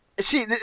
see